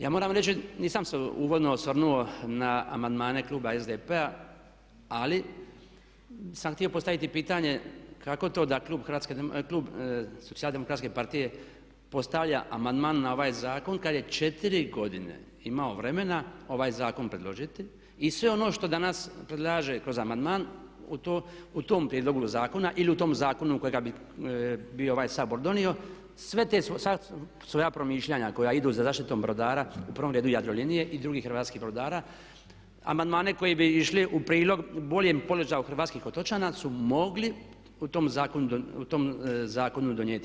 Ja moram reći, nisam se uvodno osvrnuo na amandmane Kluba SDP-a ali sam htio postaviti pitanje kako to da Klub Socijaldemokratske partije postavlja amandman na ovaj zakon kad je 4 godine imao vremena ovaj zakon predložiti i sve ono što danas predlaže kroz amandman u tom prijedlogu zakona ili u tom zakonu kojega bi bio ovaj Sabor donio, sva svoja promišljanja koja idu sa zaštitom brodara u prvom redu Jadrolinije i drugih hrvatskih brodara, amandmane koji bi išli u prilog boljem položaju hrvatskih otočana su mogli u tom zakonu donijeti.